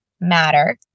matter